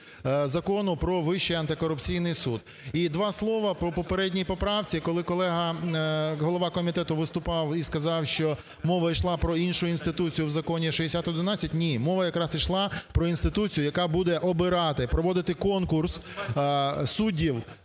Закону про Вищий антикорупційний суд. І два слова по попередній поправці. Коли колега голова комітету виступав і сказав, що мова йшла про іншу інституцію в Законі 6011, – ні, мова якраз ішла про інституцію, яка буде обирати, проводити конкурс суддів